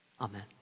Amen